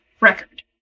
record